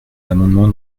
l’amendement